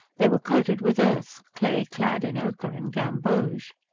they were coated with earth, clay-clad in ochre and gamboge.